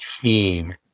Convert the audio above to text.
team